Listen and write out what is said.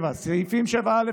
7. סעיפים 7א,